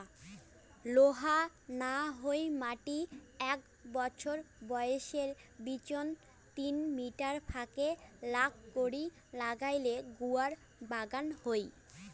লোহা না হই মাটি এ্যাক বছর বয়সের বিচোন তিন মিটার ফাকে খাল করি নাগাইলে গুয়ার বাগান হই